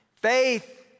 Faith